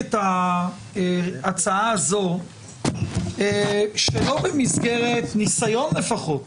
ואת זה צריך להכניס לתוך החוק